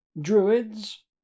Druids